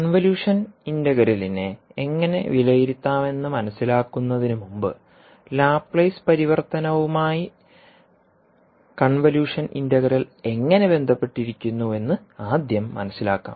convolution ഇന്റഗ്രലിനെ എങ്ങനെ വിലയിരുത്താമെന്ന് മനസിലാക്കുന്നതിനുമുമ്പ് ലാപ്ലേസ് പരിവർത്തനവുമായി കൺവല്യൂഷൻ ഇന്റഗ്രൽ എങ്ങനെ ബന്ധപ്പെട്ടിരിക്കുന്നുവെന്ന് ആദ്യം മനസിലാക്കാം